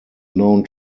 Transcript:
known